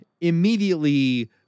Immediately